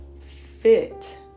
fit